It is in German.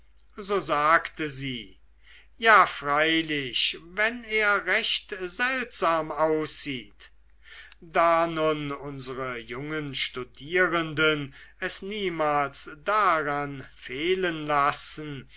so sagte sie ja freilich wenn er recht seltsam aussieht da nun unsere jungen studierenden es niemals daran fehlen lassen